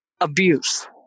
abuse